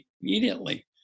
immediately